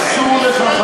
אסור לך,